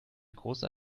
großer